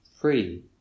free